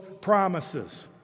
promises